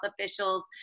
officials